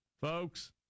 folks